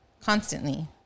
constantly